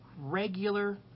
regular